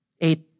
eight